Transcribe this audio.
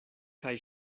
kaj